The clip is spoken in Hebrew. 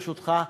ברשותך,